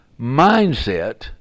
mindset